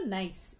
nice